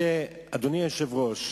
אדוני היושב-ראש,